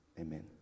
Amen